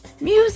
¡Music